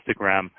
Instagram